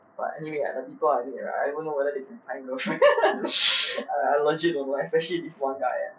but anyway the people I meet right I don't know whether they can find love I I legit don't know especially this one guy ah